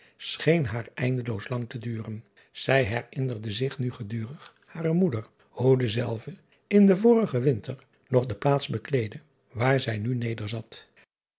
scheen haar eindeloos lang te duren ij herinnerde zich nu gedurig hare moeder hoe dezelve in den vorigen winter nog de plaats bekleedde waar zij nu nederzat